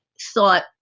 thought